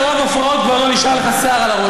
מרוב הפרעות כבר לא נשאר לך שיער על הראש.